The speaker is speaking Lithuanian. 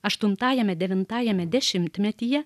aštuntajame devintajame dešimtmetyje